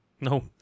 No